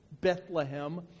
Bethlehem